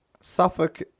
Suffolk